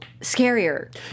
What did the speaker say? scarier